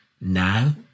Now